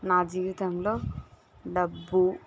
నాజీవితంలో డబ్బు